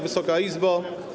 Wysoka Izbo!